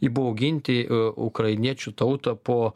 įbauginti ukrainiečių tautą po